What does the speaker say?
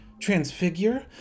Transfigure